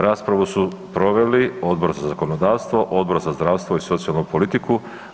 Raspravu su proveli Odbor za zakonodavstvo, Odbor za zdravstvo i socijalnu politiku.